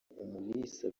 umulisa